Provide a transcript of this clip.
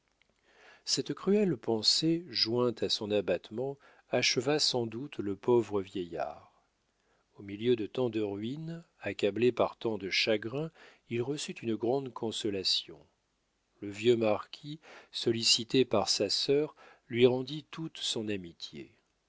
cette cruelle pensée jointe à son abattement acheva sans doute le pauvre vieillard au milieu de tant de ruines accablé par tant de chagrins il reçut une grande consolation le vieux marquis sollicité par sa sœur lui rendit toute son amitié